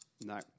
No